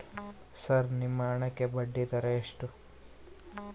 Sir ನಿಮ್ಮ ಹಣಕ್ಕೆ ಬಡ್ಡಿದರ ಎಷ್ಟು?